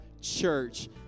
Church